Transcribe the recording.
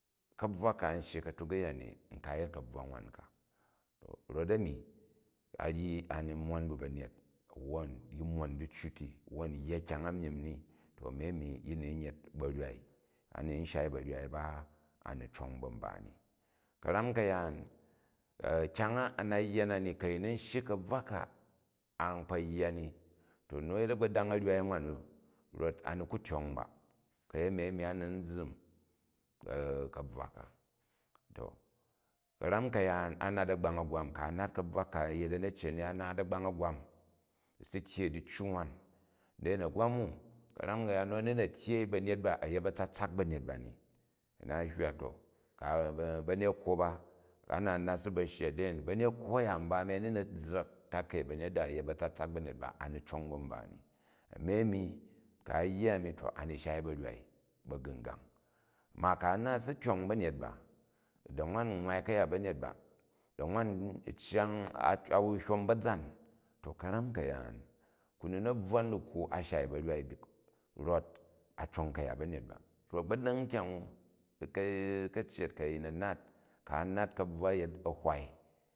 Kabvwa ka an shyi katuk aya ni nka a̱ yet ka̱buwa nwa ka. To rot-ami a ryi au mon bu banyet wwon yi mon diccu ti, wudu u yya kyang a myim ni to ami ami yi ni n yet ba̱rovai, a ni u shai barwai ba, a ni cong ba mba ni. Ka̱ran ka̱yaan, kyany a anat ya na ni ku ayin a̱n shyi kabvwa ka an kpo yya ni, to nu a̱yet agbodang a̱wai nwan nu, rot ani ku tyong ba, kayeni a̱ni ani n zzini ka̱bvwa ka. To ka̱ram ka̱yaan, a mat agbay a̱gwam ku̱ a nat ka̱bvwa ka a yet a̱necen ni a naat a̱gbang a̱gwen, usi tyyen diccu nwan, than a̱gwan u ka̱ran ka̱yaan nu, a ni na̱ tyyei ba̱nyet a̱ na hywa to ba nekwo ba, a na n nat si ba shya, than ba̱nekwo a̱ya mba ami, a̱ ni na̱ zza̱k takai ba̱nyet ba, a̱ yet ba̱tsatsak ba̱myet ba a̱ ni cong ba̱ mba ni. Ami ani ku ayya ami to a ni shai baryai ba̱gnugang. Ma ku̱ a nal u̱ si tyong ba̱nyet ba, da nwan nwwai ka̱yat banyet ba, da̱ nwan u cyang, a wu hyom ba̱zan. To ka̱ram ka̱yaan ku ni na̱ bvwan dikwu a shen ba̱rwai rot a cong kayat ba̱myet ba. To a̱gbodang kyong u, u kaiyet ku a̱yin a̱ nat, ku a nat kabvwa yet ahwai.